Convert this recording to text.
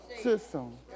system